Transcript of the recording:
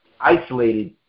isolated